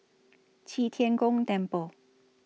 Qi Tian Gong Temple